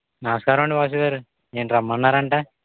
నమస్కారమండి వాసు గారు ఏంటి రమ్మన్నారంటా